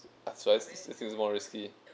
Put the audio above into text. otherwise it's still more risky